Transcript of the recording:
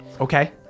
okay